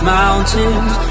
mountains